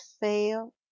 fail